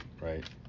right